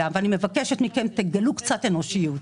ואני מבקשת מכם לגלות קצת אנושיות.